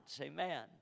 Amen